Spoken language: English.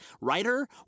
writer